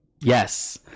Yes